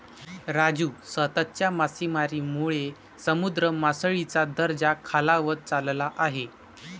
राजू, सततच्या मासेमारीमुळे समुद्र मासळीचा दर्जा खालावत चालला आहे